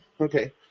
okay